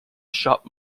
shop